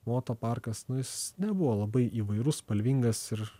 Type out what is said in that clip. moto parkas nu jis nebuvo labai įvairus spalvingas ir